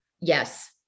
Yes